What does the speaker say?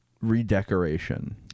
redecoration